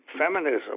feminism